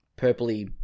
purpley